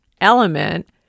element